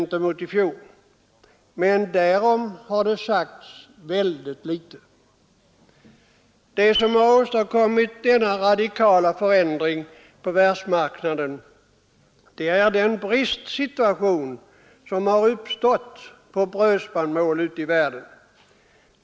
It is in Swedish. Men därom har det sagts väldigt litet. Det som har åstadkommit denna radikala förändring på världsmarknaden är den bristsituation som uppstått på brödspannmål ute i världen.